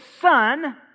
Son